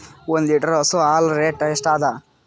ಒಂದ್ ಲೀಟರ್ ಹಸು ಹಾಲ್ ರೇಟ್ ಎಷ್ಟ ಅದ?